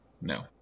No